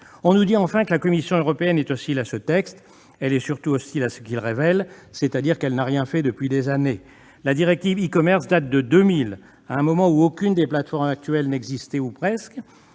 On nous dit, enfin, que la Commission européenne est hostile à ce texte. Elle est surtout hostile à ce qu'il révèle : elle n'a rien fait depuis des années ! La directive e-commerce date de 2000, à un moment où aucune des plateformes actuelles n'existait, ou presque.